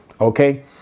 Okay